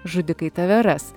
žudikai tave ras